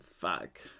fuck